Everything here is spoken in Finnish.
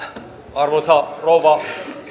arvoisa rouva